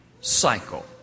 cycle